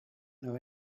know